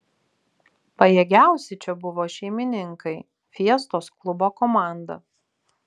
pajėgiausi čia buvo šeimininkai fiestos klubo komanda